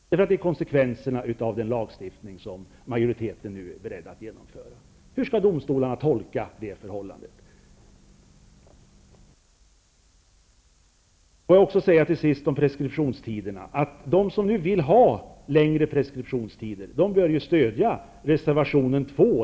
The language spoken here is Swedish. Det blir konsekvenserna av den lag som majoriteten nu är bredd att genomföra. Hur skall domstolarna tolka det förhållandet? Får jag också till sist om preskriptionstiderna säga att de som vill ha längre preskriptionstider bör stödja reservation 2.